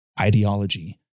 ideology